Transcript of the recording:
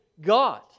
God